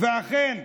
עיסאווי,